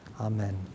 Amen